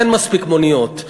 אין מספיק מוניות.